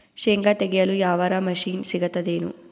ಶೇಂಗಾ ತೆಗೆಯಲು ಯಾವರ ಮಷಿನ್ ಸಿಗತೆದೇನು?